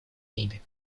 ними